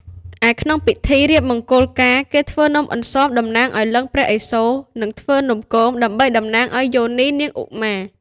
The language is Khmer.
ឯក្នុងពិធីរៀបមង្គលការ គេធ្វើនំអន្សមតំណាងឲ្យលិង្គព្រះឥសូរ និងធ្វើនំគមដើម្បីតំណាងឲ្យយោនីនាងឧមា។